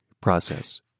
process